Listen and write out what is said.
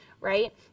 right